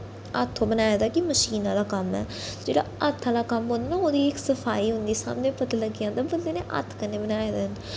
हत्थूं बनाए दा मशीन दा कम्म ऐ जेह्ड़ा हत्थ आह्ला कम्म होंदा ना ओह्दी इक्क सफाई होंदी सामनै पता लग्गी जंदा बंदै नै हत्थ कन्नै बनाए दा ऐ